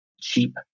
cheap